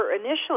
initially